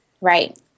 Right